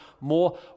more